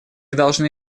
должны